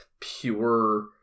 pure